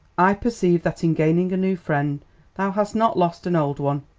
i perceive that in gaining a new friend thou hast not lost an old one!